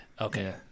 Okay